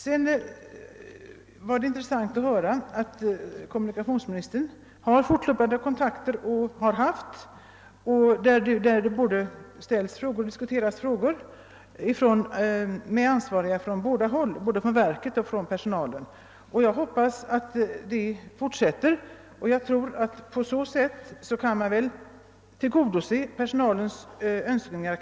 Det var intressant att kommunikationsministern har haft och har fortlöpande kontakter där det både ställts frågor och förts diskussioner med ansvariga från båda håll — från verket och från personalen. Jag hoppas att dessa kontakter kommer att fortsätta. Jag tror att man på det viset bättre kan tillgodose personalens önskningar.